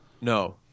No